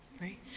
right